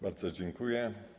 Bardzo dziękuję.